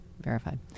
verified